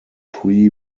pre